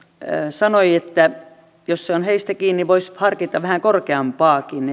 sanoi että jos se on heistä kiinni voisi harkita vähän korkeampaakin